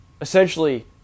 essentially